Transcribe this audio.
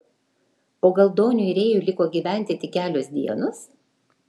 o gal doniui rėjui liko gyventi tik kelios dienos